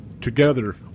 Together